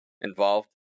involved